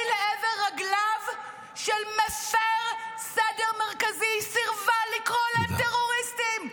לעבר רגליו של מפר סדר מרכזי" היא סירבה לקרוא להם טרוריסטים,